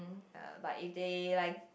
ya but if they like